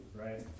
right